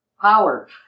Power